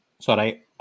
Sorry